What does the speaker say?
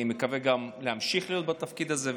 אני מקווה גם להמשיך להיות בתפקיד הזה,